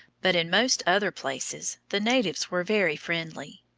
but in most other places the natives were very friendly.